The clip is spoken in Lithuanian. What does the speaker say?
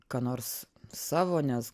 ką nors savo nes